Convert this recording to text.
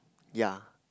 yeah